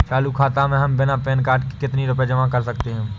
चालू खाता में हम बिना पैन कार्ड के कितनी रूपए जमा कर सकते हैं?